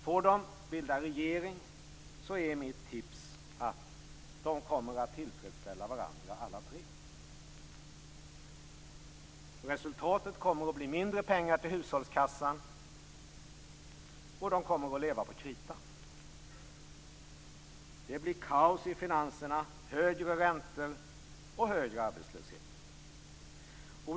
Får de bilda regering är mitt tips att de kommer att tillfredsställa varandra alla tre. Resultatet blir mindre pengar till hushållskassan och de kommer att leva på krita. Det blir kaos i finanserna, högre räntor och större arbetslöshet.